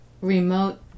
Remote